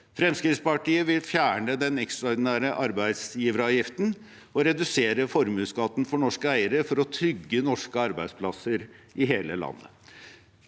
Fremskrittspartiet vil fjerne den ekstraordinære arbeidsgiveravgiften og redusere formuesskatten for norske eiere for å trygge norske arbeidsplasser i hele landet.